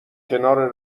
کنار